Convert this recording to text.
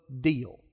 deal